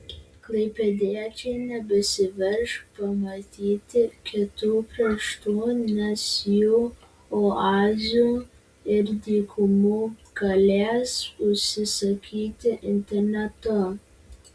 klaipėdiečiai nebesiverš pamatyti kitų kraštų nes jų oazių ir dykumų galės užsisakyti internetu